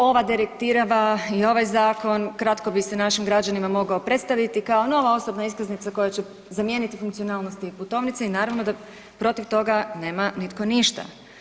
Ova direktiva i ovaj zakon kratko bi se našim građanima mogao predstaviti kao nova osobna iskaznica koja će zamijeniti funkcionalnosti e-putovnice i naravno da protiv toga nema nitko ništa.